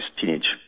teenage